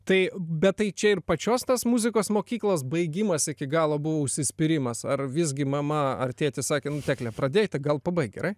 tai bet tai čia ir pačios tas muzikos mokyklos baigimas iki galo buvo užsispyrimas ar visgi mama ar tėtis sakė nu tekle pradėjai tai gal pabaik gerai